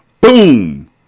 Boom